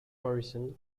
morrison